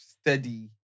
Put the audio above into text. steady